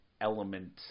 element